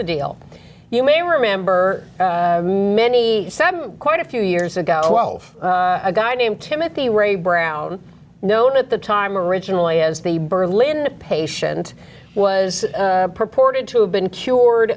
the deal you may remember many quite a few years ago a guy named timothy ray brown known at the time originally as the berlin patient was purported to have been cured